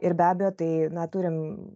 ir be abejo tai na turim